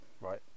Right